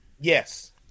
Yes